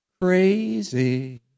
Crazy